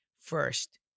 first